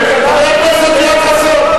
זה מראה את המצב של המדינה הזאת,